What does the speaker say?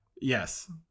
Yes